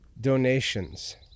donations